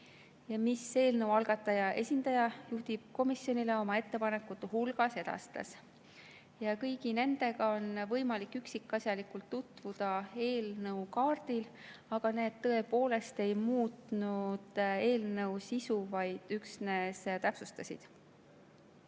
mis eelnõu algataja esindaja juhtivkomisjonile oma ettepanekute hulgas edastas. Kõigi nendega on võimalik üksikasjalikult tutvuda eelnõu kaardil. Aga need tõepoolest ei muutnud eelnõu sisu, vaid üksnes täpsustasid